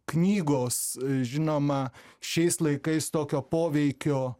knygos žinoma šiais laikais tokio poveikio